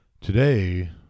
Today